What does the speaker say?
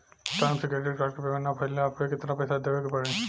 Time से credit card के payment ना कैला पर केतना पईसा जादे देवे के पड़ी?